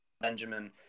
Benjamin